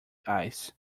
ice